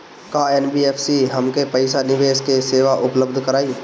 का एन.बी.एफ.सी हमके पईसा निवेश के सेवा उपलब्ध कराई?